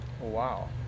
Wow